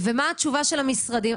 ומה התשובה של המשרדים.